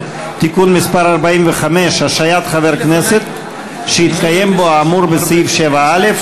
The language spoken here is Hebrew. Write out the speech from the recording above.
(תיקון מס' 45) (השעיית חבר הכנסת שהתקיים בו האמור בסעיף 7א),